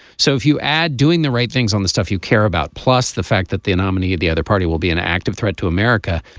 so if you add doing the right things on the stuff you care about plus the fact that the nominee of the other party will be an active threat to america.